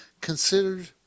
considered